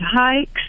hikes